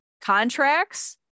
contracts